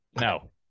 No